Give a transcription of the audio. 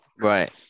Right